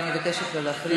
אני מבקשת שלא להפריע.